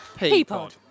Peapod